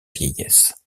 vieillesse